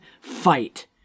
fight